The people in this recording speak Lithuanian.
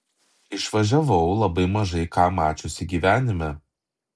išvažiavau labai mažai ką mačiusi gyvenime